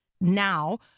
Now